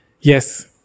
Yes